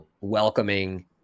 welcoming